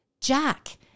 Jack